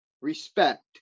respect